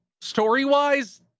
story-wise